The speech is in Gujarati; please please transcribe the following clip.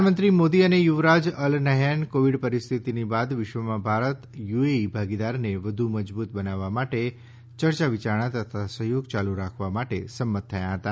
પ્રધાનમંત્રી મોદી અને યુવરાજ અલ નાહ્યાન કોવિડ પરિસ્થિતી બાદ વિશ્વમાં ભારત યુએઈ ભાગીદારીને વધુ મજબૂત બનાવવા માટે ચર્ચા વિચારણા તથા સહયોગ ચાલુ રાખવા માટે સંમત થયા હતા